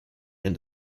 and